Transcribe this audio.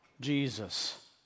Jesus